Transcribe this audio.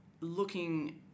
looking